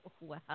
Wow